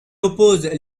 oppose